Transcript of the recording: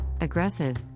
aggressive